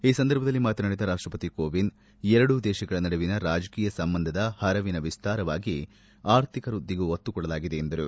ಈ ಸಂದರ್ಭದಲ್ಲಿ ಮಾತನಾಡಿದ ರಾಷ್ಟಪತಿ ಕೋವಿಂದ್ ಎರಡೂ ದೇಶಗಳ ನಡುವಿನ ರಾಜಕೀಯ ಸಂಬಂಧದ ಹರವಿನ ವಿಸ್ತಾರವಾಗಿ ಆರ್ಥಿಕ ವ್ಯದ್ಗಿಗೂ ಒತ್ತು ಕೊಡಲಾಗಿದೆ ಎಂದರು